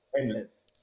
endless